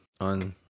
on